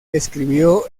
escribió